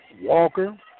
Walker